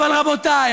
אבל רבותיי,